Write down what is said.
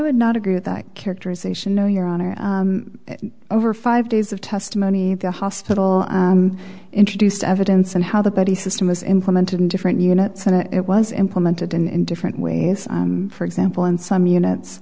would not agree with that characterization no your honor over five days of testimony the hospital introduced evidence and how the buddy system was implemented in different units and it was implemented in different ways for example in some units